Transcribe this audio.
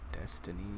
destiny